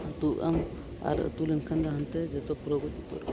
ᱟᱹᱛᱩᱜ ᱟᱢ ᱟᱨ ᱟᱹᱛᱩ ᱞᱮᱱᱠᱷᱟᱱ ᱫᱚ ᱦᱟᱱᱛᱮ ᱡᱚᱛᱚ ᱯᱩᱨᱟᱹ ᱜᱚᱡ ᱩᱛᱟᱹᱨᱚᱜᱼᱟ